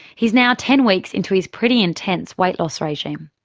he's now ten weeks into his pretty intense weight loss regime.